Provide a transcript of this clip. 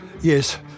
Yes